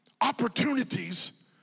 opportunities